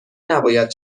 نباید